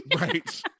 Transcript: Right